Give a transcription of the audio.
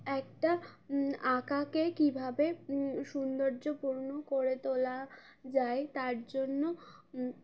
একটা আঁকাকে কীভাবে সৌন্দর্যপূর্ণ করে তোলা যায় তার জন্য